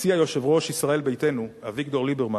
הציע יושב-ראש ישראל ביתנו, אביגדור ליברמן,